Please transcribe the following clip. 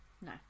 No